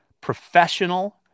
professional